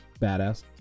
badass